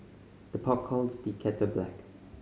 the pot calls the kettle black